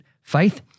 faith